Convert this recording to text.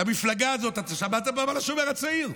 המפלגה הזאת, אתה שמעת פעם על השומר הצעיר?